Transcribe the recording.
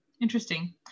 interesting